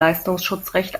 leistungsschutzrecht